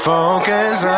Focus